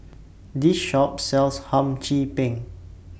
This Shop sells Hum Chim Peng